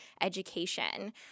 education